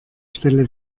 stelle